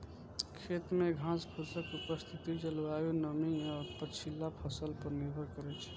खेत मे घासफूसक उपस्थिति जलवायु, नमी आ पछिला फसल पर निर्भर करै छै